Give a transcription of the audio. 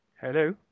Hello